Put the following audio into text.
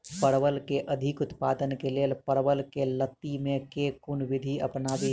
परवल केँ अधिक उत्पादन केँ लेल परवल केँ लती मे केँ कुन विधि अपनाबी?